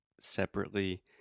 separately